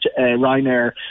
Ryanair